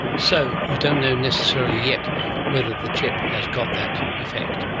so you don't know necessarily yet whether the chip has got that effect?